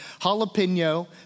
jalapeno